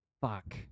Fuck